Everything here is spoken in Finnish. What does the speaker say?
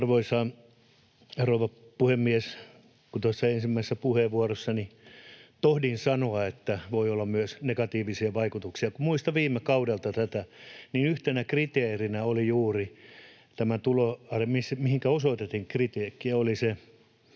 rouva puhemies! Kun tuossa ensimmäisessä puheenvuorossani tohdin sanoa, että voi olla myös negatiivisia vaikutuksia, niin kun muistelen viime kaudelta tätä, niin yhtenä, mihinkä osoitettiin kritiikkiä, oli